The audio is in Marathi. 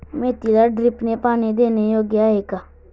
मेथीला ड्रिपने पाणी देणे योग्य आहे का?